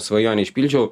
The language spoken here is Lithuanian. svajonę išpildžiau